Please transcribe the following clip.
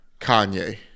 Kanye